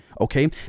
Okay